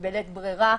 בלית ברירה.